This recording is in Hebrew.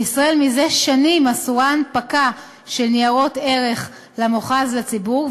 בישראל זה שנים אסורה הנפקה של ניירות ערך למוכ"ז לציבור,